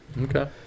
okay